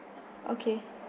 okay